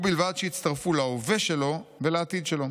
ובלבד שיצטרפו להווה שלו ולעתיד שלו.